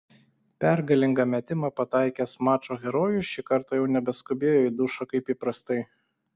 pergalingą metimą pataikęs mačo herojus šį kartą jau nebeskubėjo į dušą kaip įprastai